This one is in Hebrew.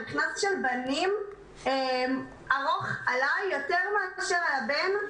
מכנס של בנים ארוך עליי יותר מאשר על בן,